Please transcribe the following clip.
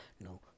no